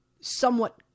somewhat